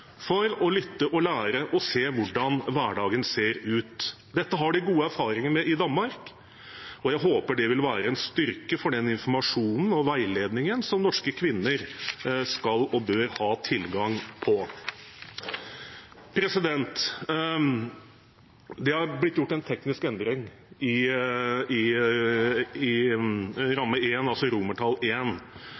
for å lytte og lære og se hvordan hverdagen ser ut. Dette har de gode erfaringer med i Danmark, og jeg håper det vil være en styrke for den informasjonen og veiledningen som norske kvinner skal og bør ha tilgang på. Det har blitt gjort en teknisk endring i rammeområde 1, altså forslag til vedtak I,